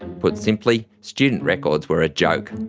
put simply, student records were a joke.